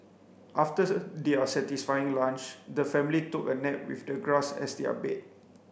after their satisfying lunch the family took a nap with the grass as their bed